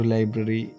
Library